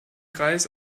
kreis